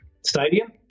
stadium